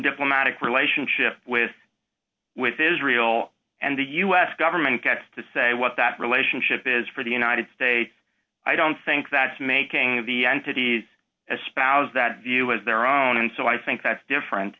diplomatic relationship with with israel and the u s government gets to say what that relationship is for the united states i don't think that's making the entity as spouses that view as their own and so i think that's different